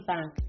Bank